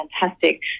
fantastic